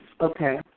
Okay